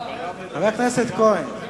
חבר הכנסת כהן,